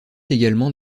également